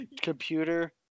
computer